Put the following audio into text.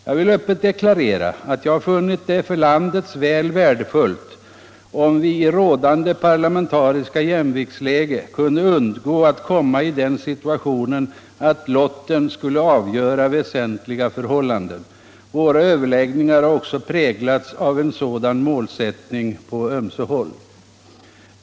Jag vill öppet deklarera att jag funnit det för landets väl värdefullt, om vi i rådande parlamentariska jämviktsläge kunde undgå att komma i den situationen att lotten skulle avgöra väsentliga förhållanden. Våra överläggningar har också präglats av en sådan målsättning på ömse håll.